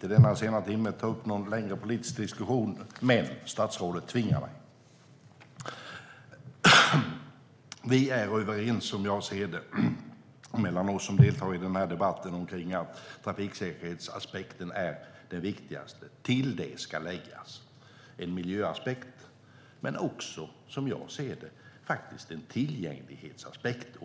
denna sena timme inte ämnade ta upp någon längre politisk diskussion, men statsrådet tvingar mig. Som jag ser det är vi som deltar i den här debatten överens om att trafiksäkerhetsaspekten är det viktigaste. Till det ska läggas en miljöaspekt och också, som jag ser det, en tillgänglighetsaspekt.